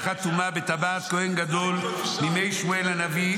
חתומה בטבעת כהן גדול מימי שמואל הנביא,